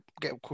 get